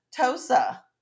TOSA